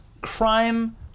crime